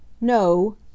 No